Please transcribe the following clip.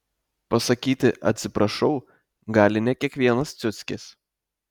pasakyti atsiprašau gali ne kiekvienas ciuckis